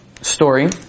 story